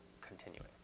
continuing